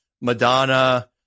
Madonna